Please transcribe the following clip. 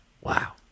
Wow